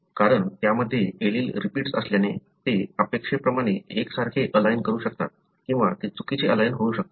कारण त्यामध्ये allele repeats असल्याने ते अपेक्षे प्रमाणे एकसारखे अलाइन करू शकतात किंवा ते चुकीचे अलाइन होऊ शकतात